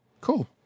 Cool